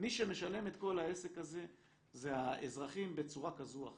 מי שמשלם את כל העסק הזה זה האזרחים בצורה כזו או אחרת.